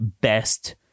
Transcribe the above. best